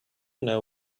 know